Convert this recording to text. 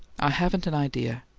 i haven't an idea.